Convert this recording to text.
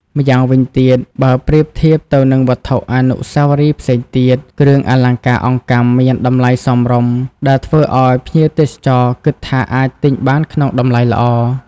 ម្យ៉ាងវិញទៀតបើប្រៀបធៀបទៅនឹងវត្ថុអនុស្សាវរីយ៍ផ្សេងទៀត គ្រឿងអលង្ការអង្កាំមានតម្លៃសមរម្យ ដែលធ្វើឲ្យភ្ញៀវទេសចរគិតថាអាចទិញបានក្នុងតម្លៃល្អ។